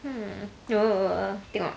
hmm tengok